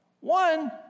One